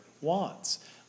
wants